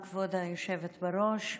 כבוד היושבת-ראש,